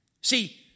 See